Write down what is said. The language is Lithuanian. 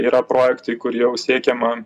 yra projektai kur jau siekiama